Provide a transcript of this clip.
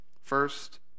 First